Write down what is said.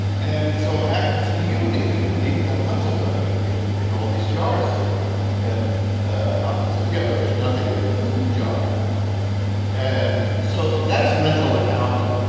and so hackman said, you don't need any money. you've got lots of money in in all these jars. and and ah hoffman hoffman said, yeah, but there's nothing in the food jar and so that's mental accounting,